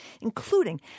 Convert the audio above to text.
including